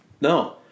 No